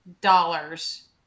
dollars